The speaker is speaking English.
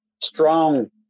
strong